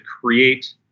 create